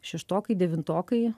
šeštokai devintokai